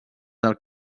del